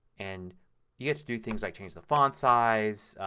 and you get to do things like change the font size,